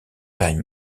time